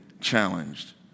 challenged